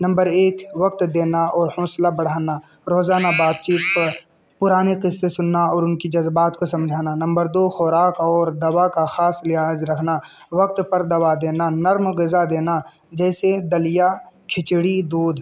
number ایک وقت دینا اور حوصلہ بڑھانا روزانہ بات چیت پر پرانے قص سے سننا اور ان کی جذبات کو سمجھنا نمبر دو خوراک اور دوا کا خاص لحاظ رکھنا وقت پر دوا دینا نرم غذا دینا جیسے دلیا کھچڑی دودھ